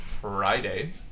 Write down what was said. Friday